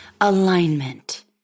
alignment